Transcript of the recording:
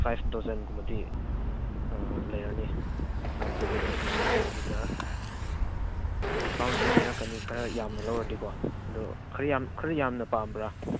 five ꯗꯣꯖꯟꯒꯨꯝꯕꯗꯤ ꯂꯩꯔꯅꯤ five dozen or six dozen ꯑꯗꯨꯗ ꯗꯤꯁꯀꯥꯎꯟꯁꯨ ꯄꯤꯔꯛꯀꯅꯤ ꯈꯔ ꯌꯥꯝꯅ ꯂꯧꯔꯗꯤꯀꯣ ꯑꯗꯣ ꯈꯔ ꯌꯥꯝꯅ ꯄꯥꯝꯕ꯭ꯔꯥ